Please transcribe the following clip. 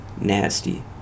nasty